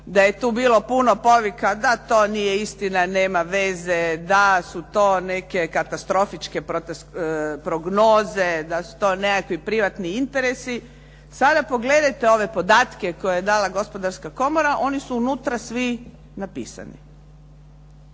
da je bilo puno povika da to nije istina, nema veze, da su to neke katastrofičke prognoze, da su to nekakvi privatni interesi. Sada pogledajte ove podatke koje je dala Gospodarska komora, oni su unutra svi napisani.